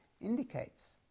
indicates